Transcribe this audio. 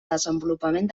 desenvolupament